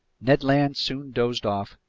ned land soon dozed off,